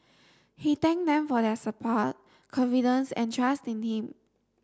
he thank them for their support confidence and trust in him